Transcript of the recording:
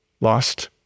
lost